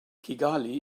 kigali